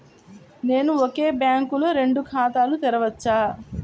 నేను ఒకే బ్యాంకులో రెండు ఖాతాలు తెరవవచ్చా?